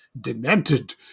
demented